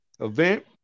event